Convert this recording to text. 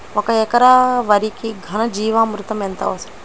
ఒక ఎకరా వరికి ఘన జీవామృతం ఎంత అవసరం?